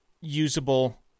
usable